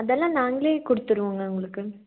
அதெல்லாம் நாங்களே கொடுத்துருவோங்க உங்களுக்கு